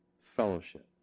fellowship